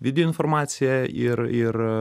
video informacija ir ir